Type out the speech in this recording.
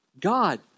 God